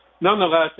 nonetheless